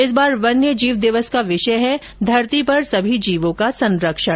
इस बार वन्य जीव दिवस का विषय है धरती पर सभी जीवों का संरक्षण